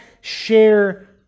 share